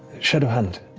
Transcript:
shadowhand,